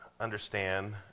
understand